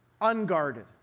unguarded